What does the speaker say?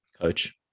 Coach